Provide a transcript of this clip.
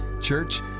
church